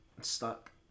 stuck